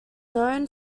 known